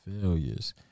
failures